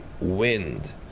wind